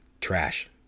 Trash